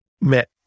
met